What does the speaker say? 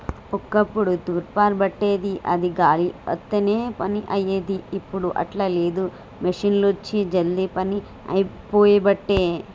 ఒక్కప్పుడు తూర్పార బట్టేది అది గాలి వత్తనే పని అయ్యేది, ఇప్పుడు అట్లా లేదు మిషిండ్లొచ్చి జల్దీ పని అయిపోబట్టే